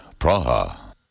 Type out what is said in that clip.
Praha